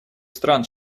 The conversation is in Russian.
стран